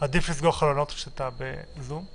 עדיף לסגור חלונות כשאתה בזום.